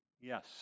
Yes